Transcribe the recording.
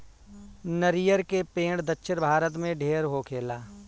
नरियर के पेड़ दक्षिण भारत में ढेर होखेला